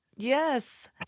Yes